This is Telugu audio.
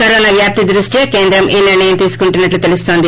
కరోనా వ్యాప్తి దృష్ట్యా కేంద్రం ఈ నిర్ణయం తీసుకున్నట్లు తెలుస్తోంది